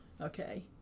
okay